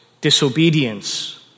disobedience